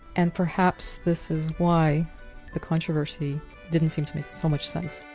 and perhaps this is why the controversy didn't seem to make so much sense.